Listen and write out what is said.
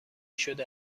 شده